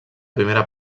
primera